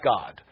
God